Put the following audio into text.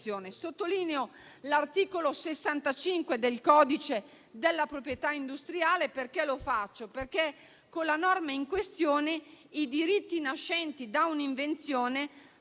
Sottolineo l'articolo 65 del codice della proprietà industriale, perché con la norma in questione i diritti nascenti da un'invenzione